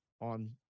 on